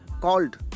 called